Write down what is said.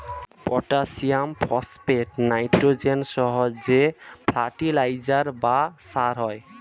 potassium, phosphate, nitrogen সহ যে fertiliser বা সার হয়